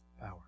power